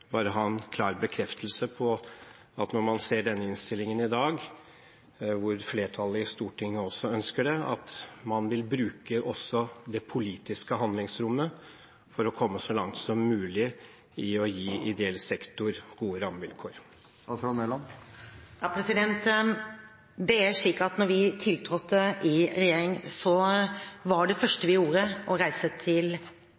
bare ha en klar bekreftelse på at når man ser innstillingen i dag, hvor flertallet i Stortinget også ønsker det, vil man bruke også det politiske handlingsrommet for å komme så langt som mulig i å gi ideell sektor gode rammevilkår. Da vi tiltrådte i regjering, var det